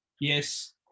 yes